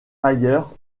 ailleurs